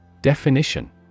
Definition